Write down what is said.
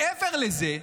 מעבר לזה,